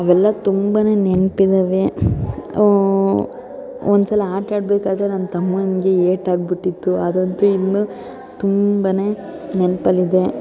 ಅವೆಲ್ಲ ತುಂಬ ನೆನಪಿದ್ದಾವೆ ಒಂದು ಸಲ ಆಟ ಆಡಬೇಕಾದ್ರೆ ನನ್ನ ತಮ್ಮನಿಗೆ ಏಟಾಗಿಬಿಟ್ಟಿತ್ತು ಅದಂತೂ ಇನ್ನೂ ತುಂಬ ನೆನಪಲ್ಲಿದೆ